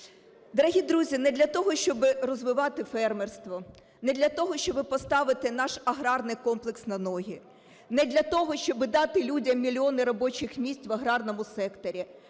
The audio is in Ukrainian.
Дорогі друзі, не для того, щоб розвивати фермерство, не для того, щоб поставити наш аграрний комплекс на ноги, не для того, щоб дати людям мільйони робочих місць в аграрному секторі,